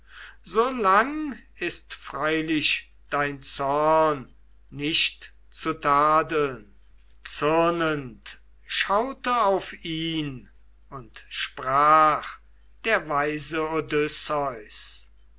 so lang ist freilich dein zorn nicht zu tadeln zürnend schaute auf ihn und sprach der weise